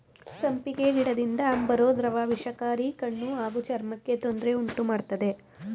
ಸಂಪಿಗೆ ಗಿಡದಿಂದ ಬರೋ ದ್ರವ ವಿಷಕಾರಿ ಕಣ್ಣು ಹಾಗೂ ಚರ್ಮಕ್ಕೆ ತೊಂದ್ರೆ ಉಂಟುಮಾಡ್ತದೆ